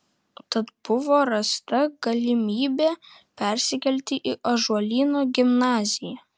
tad buvo rasta galimybė persikelti į ąžuolyno gimnaziją